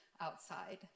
outside